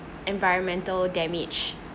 environmental damage